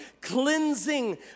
cleansing